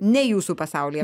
ne jūsų pasaulyje